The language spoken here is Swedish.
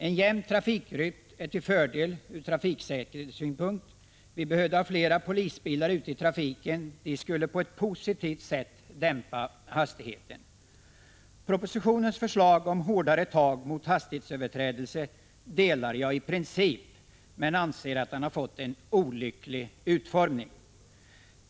En jämn trafikrytm är till fördel från trafiksäkerhetssynpunkt. Vi skulle behöva ha fler polisbilar ute i trafiken. Det skulle på ett positivt sätt dämpa hastigheten. Jag instämmer i princip i propositionens förslag om hårdare tag mot hastighetsöverträdelser, men jag anser att det har fått en olycklig utformning.